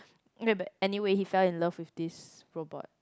anyway he fell in love with this robot